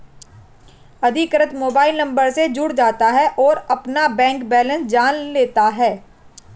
अधिकृत mobile number से जुड़ जाता है और अपना बैंक बेलेंस जान लेता है